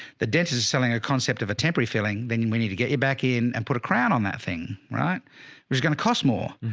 the dentist is selling a concept of a temporary filling. then we need to get your back in and put a crown on. that thing right there is going to cost more.